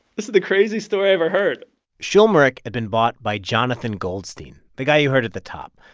this is the craziest story i ever heard schulmerich had been bought by jonathan goldstein, the guy you heard at the top,